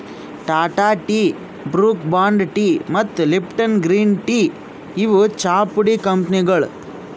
Tata tea, Brooke Bond tea ಮತ್ತ್ Lipton green tea ಇವ್ ಚಾಪುಡಿ ಕಂಪನಿಗೊಳ್